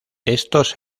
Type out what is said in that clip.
estos